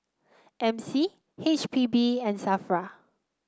M C H P B and Safra